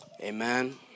amen